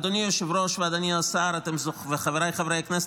אדוני היושב-ראש ואדוני השר וחבריי חברי הכנסת,